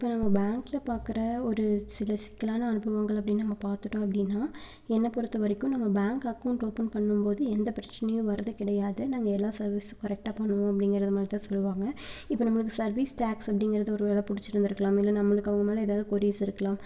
இப்போ நம்ம பேங்க்ல பார்க்கற ஒரு சில சிக்கலான அனுபவங்கள் அப்படினு நம்ம பார்த்துட்டோம் அப்படினா என்னை பொறுத்த வரைக்கும் நம்ம பேங்க் அக்கௌன்ட் ஓபன் பண்ணும் போது எந்த பிரச்சனையும் வரது கிடயாது நாங்கள் எல்லா சர்வீஸ்சும் கரெக்ட்டாக பண்ணுவோம் அப்படிங்கறது மாதிரி தான் சொல்லுவாங்கள் இப்போ நம்மளுக்கு சர்வீஸ் டேக்ஸ் அப்படிங்கறது ஒருவேலை பிடிச்சிருந்துருக்கலாமே நம்மளுக்கு அவங்க மேலே எதாவது கொரிஸ் இருக்கலாம்